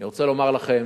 אני רוצה לומר לכם,